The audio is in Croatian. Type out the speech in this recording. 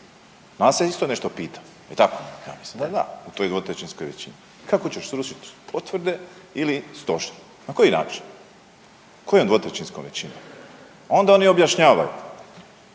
se isto nešto pita je tako? Ja mislim da da, u toj dvotrećinskoj većini. Kako ćeš srušit potvrde ili stožer na koji način, kojom dvotrećinskom većinom? Onda oni objašnjavaju.